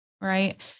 right